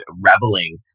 reveling